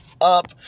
up